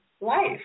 life